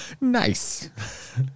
nice